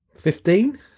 Fifteen